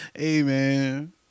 Amen